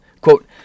Quote